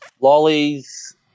lollies